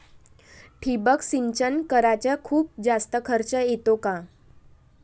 ठिबक सिंचन कराच खूप जास्त खर्च येतो का?